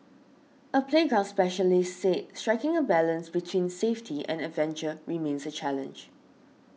a playground specialist said striking a balance between safety and adventure remains a challenge